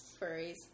Furries